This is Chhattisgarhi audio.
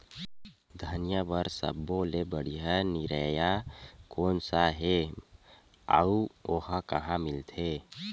धनिया बर सब्बो ले बढ़िया निरैया कोन सा हे आऊ ओहा कहां मिलथे?